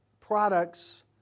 products